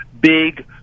big